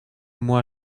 moi